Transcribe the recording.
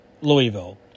Louisville